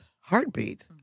heartbeat